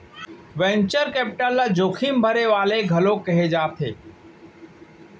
venture capital ल जोखिम भरे वाले घलोक कहे जाथे